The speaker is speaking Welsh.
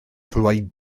ddweud